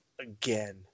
again